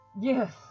Yes